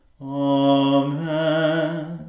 Amen